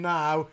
now